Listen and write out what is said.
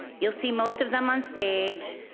you'll see most of them on stage,